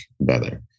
better